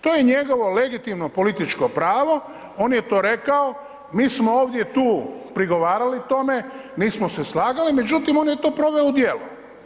To je njegovo legitimno političko pravo, on je to rekao, mi smo ovdje tu prigovarali tome, nismo se slagali, međutim on je to proveo u djelo.